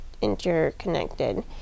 interconnected